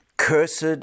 Cursed